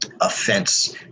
offense